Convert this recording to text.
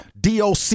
DOC